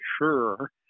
sure